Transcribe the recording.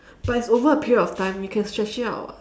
but it's over a period of time you can stretch it out [what]